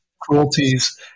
cruelties